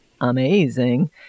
amazing